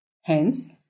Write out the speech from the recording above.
Hence